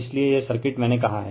इसलिए यह सर्किट मैंने कहा है